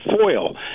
foil